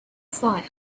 fire